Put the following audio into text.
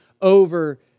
over